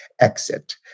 exit